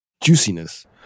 juiciness